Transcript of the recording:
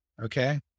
Okay